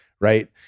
Right